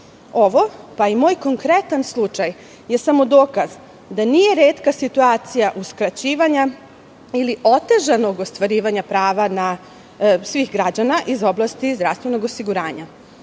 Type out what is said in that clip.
Ovo, pa i moj konkretan slučaj, je samo dokaz da nije retka situacija uskraćivanja ili otežanog ostvarivanja prava svih građana iz oblasti zdravstvenog osiguranja.